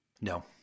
No